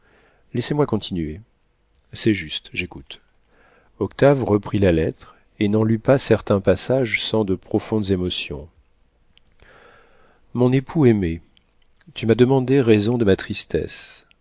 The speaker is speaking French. laissez-moi continuer c'est juste j'écoute octave reprit la lettre et n'en lut pas certains passages sans de profondes émotions mon époux aimé tu m'as demandé raison de ma tristesse